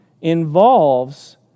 involves